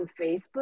Facebook